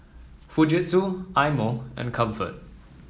Fujitsu Eye Mo and Comfort